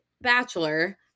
Bachelor